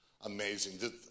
Amazing